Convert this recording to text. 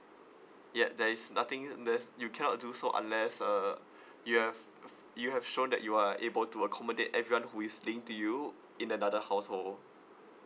ya there is nothing that you cannot do so unless uh you have you have shown that you are able to accommodate everyone who is linked to you in another house or